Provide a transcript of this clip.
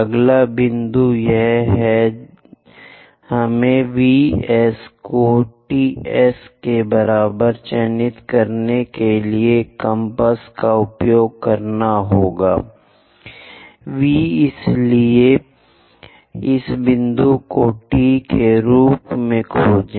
अगला बिंदु यह है कि हमें V S को T S के बराबर चिह्नित करने के लिए एक कम्पास का उपयोग करना होगा V इसलिए इस बिंदु को T के रूप में खोजें